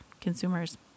consumers